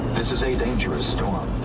this is a dangerous storm.